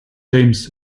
james